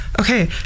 okay